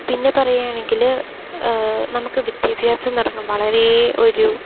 പിന്നെ പറയുകയാണെങ്കിൽ നമുക്ക് വിദ്യാഭ്യാസം എന്നു പറഞ്ഞാൽ വളരേ ഒരു